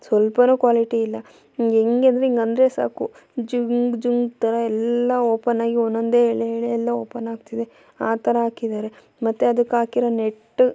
ಸ್ವಲ್ಪವೂ ಕ್ವಾಲಿಟಿ ಇಲ್ಲ ಹೆಂಗೆಂದ್ರೆ ಹಿಂಗಂದ್ರೆ ಸಾಕು ಜುಮ್ ಜುಮ್ ಥರ ಎಲ್ಲ ಓಪನ್ ಆಗಿ ಒಂದೊಂದೆ ಎಳೆ ಎಳೆ ಎಲ್ಲ ಓಪನ್ ಆಗ್ತಿದೆ ಆ ಥರ ಹಾಕಿದ್ದಾರೆ ಮತ್ತೆ ಅದಕ್ಕಾಕಿರೋ ನೆಟ್